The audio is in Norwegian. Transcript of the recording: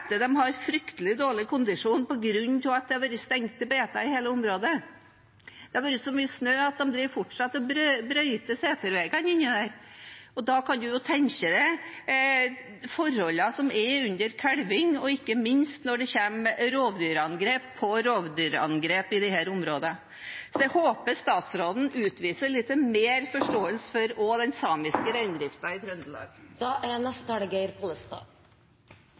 har fryktelig dårlig kondisjon på grunn av at det har vært stengte beiter i hele området – det har vært så mye snø at de driver fortsatt og brøyter seterveiene der – kan en tenke seg forholdene som er under kalving, og ikke minst når det kommer rovdyrangrep på rovdyrangrep i disse områdene. Jeg håper statsråden utviser litt mer forståelse også for den samiske reindrifta i Trøndelag.